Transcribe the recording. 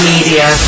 Media